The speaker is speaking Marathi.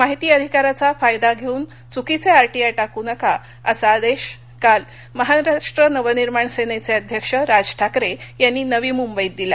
माहिती अधिकाराचा फायदा घस्तिन चुकीच आरटीआय टाकू नका असा आदधीकाल महाराष्ट्र नवनिर्माण सत्ता अध्यक्ष राज ठाकर यिंनी नवी मुंबईत दिला